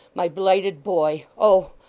my blighted boy! oh!